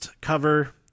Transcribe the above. cover